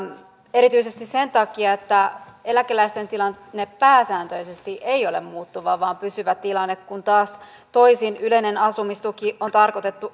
erityisesti sen takia että eläkeläisten tilanne pääsääntöisesti ei ole muuttuva vaan pysyvä tilanne kun taas toisin yleinen asumistuki on tarkoitettu